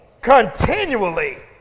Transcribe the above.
Continually